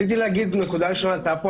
רציתי להגיד נקודה ראשונה עלתה פה